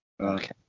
Okay